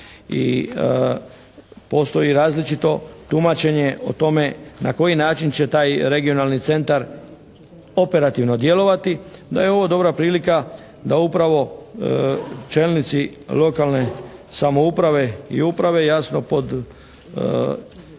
I postoji različito tumačenje o tome na koji način će taj regionalni centar operativno djelovati, onda je ovo dobra prilika da upravo čelnici lokalne samouprave i uprave jasno pod